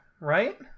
right